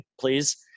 please